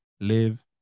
live